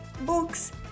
books